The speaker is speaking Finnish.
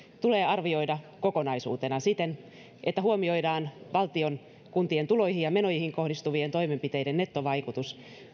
tulee arvioida kokonaisuutena siten että huomioidaan valtion kuntien tuloihin ja menoihin kohdistuvien toimenpiteiden nettovaikutus